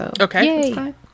Okay